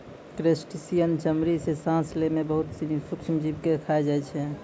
crustacean चमड़ी सें सांस लै में बहुत सिनी सूक्ष्म जीव के खाय जाय छै